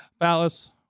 Ballas